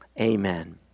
Amen